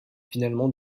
finalement